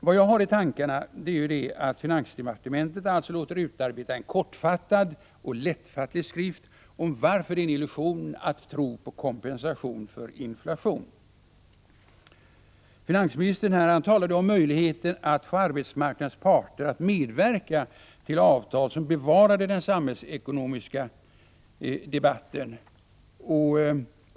Vad jag har i tankarna är att finansdepartementet låter utarbeta en kortfattad och lättfattlig skrift om varför det är en illusion att tro på kompensation för inflation. Finansministern talade om möjligheten att få arbetsmarknadens parter att medverka till avtal som bevarar den samhällsekonomiska debatten.